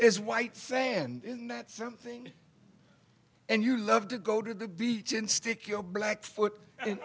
it's white sand in that something and you love to go to the beach and stick your blackfoot and